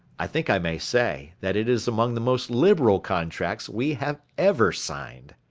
i think i may say, that it is among the most liberal contracts we have ever signed.